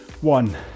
one